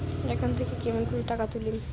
Account থাকি কেমন করি টাকা তুলিম?